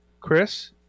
Chris